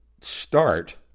start